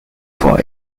for